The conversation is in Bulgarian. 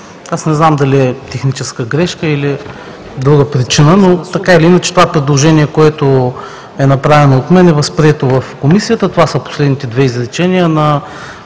не знам дали е техническа грешка, или е друга причина, но така или иначе това предложение, което е направено от мен, е възприето в Комисията. Това са последните две изречения на